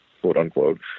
quote-unquote